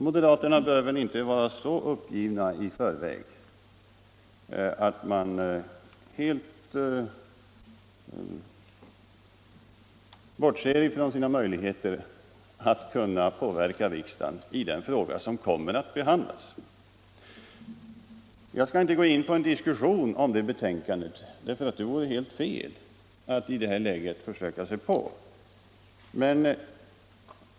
Moderaterna bör väl inte vara så uppgivna i förväg Torsdagen den att de helt bortser från sina möjligheter att påverka riksdagen i en fråga — 13 mars 1975 som om en tid kommer att behandlas. ÅRE A Ar AN RNA Jag skall inte gå in på en diskussion om kulturproposition nr 2 för — Anslag till kulturändet vore fel att i det här läget försöka sig på det.